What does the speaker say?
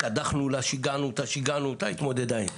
קדחנו לה ושיגענו אותה והיא התמודדה עם זה.